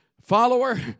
follower